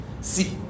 See